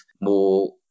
more